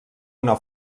una